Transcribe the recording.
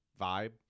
vibe